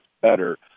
better